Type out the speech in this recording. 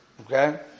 Okay